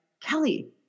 Kelly